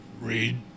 read